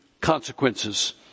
consequences